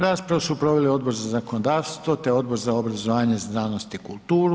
Raspravu su proveli Odbor za zakonodavstvo te Odbor za obrazovanje, znanost i kulturu.